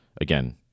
again